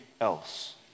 else